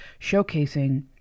showcasing